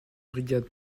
brigade